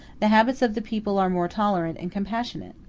the habits of the people are more tolerant and compassionate.